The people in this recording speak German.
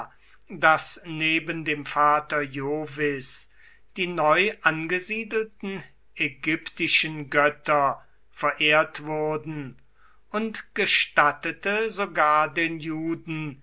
daß neben dem vater jovis die neu angesiedelten ägyptischen götter verehrt wurden und gestattete sogar den juden